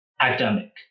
academic